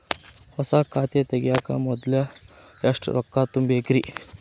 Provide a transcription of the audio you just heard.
ಹೊಸಾ ಖಾತೆ ತಗ್ಯಾಕ ಮೊದ್ಲ ಎಷ್ಟ ರೊಕ್ಕಾ ತುಂಬೇಕ್ರಿ?